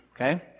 okay